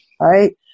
right